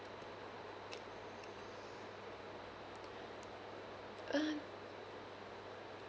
um